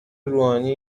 روحانی